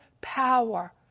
power